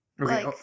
okay